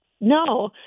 no